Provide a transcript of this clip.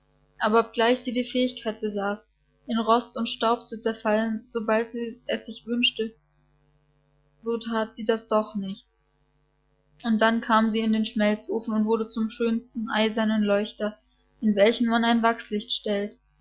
aber obgleich sie die fähigkeit besaß in rost und staub zu zerfallen sobald sie es sich wünschte so that sie das doch nicht und dann kam sie in den schmelzofen und wurde zum schönsten eisernen leuchter in welchen man ein wachslicht stellt